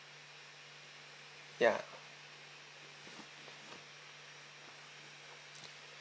ya